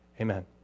Amen